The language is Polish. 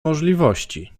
możliwości